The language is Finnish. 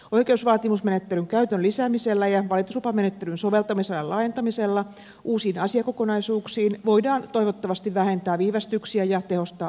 oikaisuvaatimusmenettelyn käytön lisäämisellä ja valituslupamenettelyn soveltamisalan laajentamisella uusiin asiakokonaisuuksiin voidaan toivottavasti vähentää viivästyksiä ja tehostaa oikeusturvaa